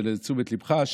ולתשומת ליבך,